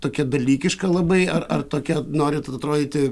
tokia dalykiška labai ar ar tokia norite atrodyti